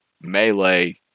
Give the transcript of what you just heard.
melee